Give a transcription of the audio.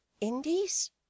Indies